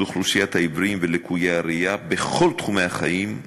אוכלוסיית העיוורים ולקויי הראייה בכל תחומי החיים,